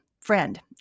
friend